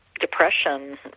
depression